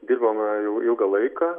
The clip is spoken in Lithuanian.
dirbama jau ilgą laiką